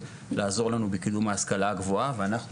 ואם אנחנו